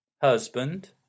Husband